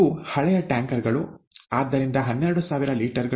ಇವು ಹಳೆಯ ಟ್ಯಾಂಕರ್ ಗಳು ಆದ್ದರಿಂದ ಹನ್ನೆರಡು ಸಾವಿರ ಲೀಟರ್ ಗಳು